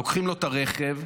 לוקחים לו את הרכב,